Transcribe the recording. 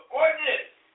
ordinance